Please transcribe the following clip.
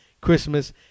Christmas